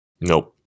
Nope